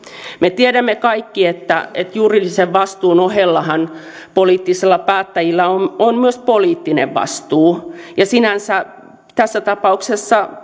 me tiedämme kaikki että juridisen vastuun ohellahan poliittisilla päättäjillä on on myös poliittinen vastuu sinänsä tässä tapauksessa